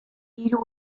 hiru